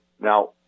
Now